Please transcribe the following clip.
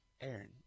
Aaron